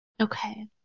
Okay